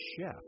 chef